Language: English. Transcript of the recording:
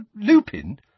Lupin